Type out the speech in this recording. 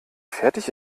fertig